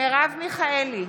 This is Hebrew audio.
מרב מיכאלי,